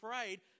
afraid